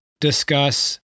discuss